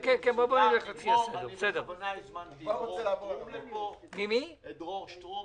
אני הזמנתי לפה את דרור שטרום